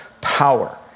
power